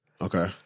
Okay